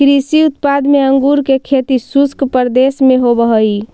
कृषि उत्पाद में अंगूर के खेती शुष्क प्रदेश में होवऽ हइ